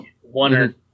one